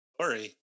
sorry